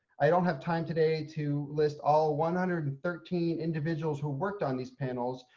i don't have time today to list all one hundred and thirteen individuals who worked on these panels,